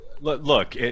look